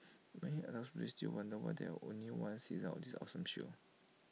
many adults still wonder why there only one season of this awesome show